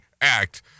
Act